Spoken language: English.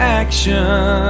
action